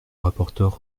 rapporteur